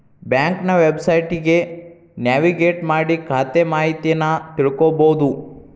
ಬ್ಯಾಂಕ್ನ ವೆಬ್ಸೈಟ್ಗಿ ನ್ಯಾವಿಗೇಟ್ ಮಾಡಿ ಖಾತೆ ಮಾಹಿತಿನಾ ತಿಳ್ಕೋಬೋದು